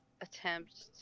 attempt